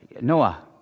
Noah